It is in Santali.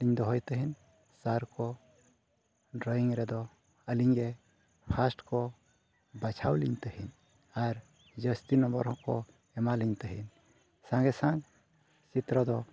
ᱞᱤᱧ ᱫᱚᱦᱚᱭ ᱛᱟᱦᱮᱱ ᱠᱚ ᱨᱮᱫᱚ ᱟᱹᱞᱤᱧ ᱜᱮ ᱠᱚ ᱵᱟᱪᱷᱟᱣ ᱞᱤᱧ ᱛᱟᱦᱮᱱ ᱟᱨ ᱡᱟᱹᱥᱛᱤ ᱦᱚᱸᱠᱚ ᱮᱢᱟᱞᱤᱧ ᱛᱟᱦᱮᱱ ᱥᱟᱸᱜᱮ ᱥᱟᱝ ᱪᱤᱛᱨᱚ ᱫᱚ